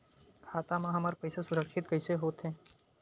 खाता मा हमर पईसा सुरक्षित कइसे हो थे?